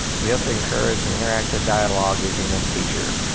we hope to encourage an interactive dialogue using this feature.